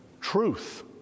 truth